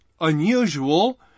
unusual